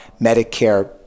Medicare